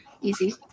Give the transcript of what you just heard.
easy